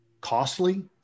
costly